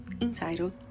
entitled